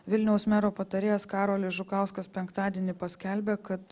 vilniaus mero patarėjas karolis žukauskas penktadienį paskelbė kad